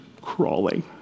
crawling